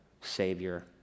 savior